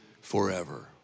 forever